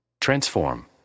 Transform